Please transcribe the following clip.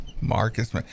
Marcus